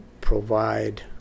provide